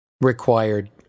required